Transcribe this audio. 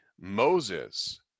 Moses